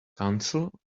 council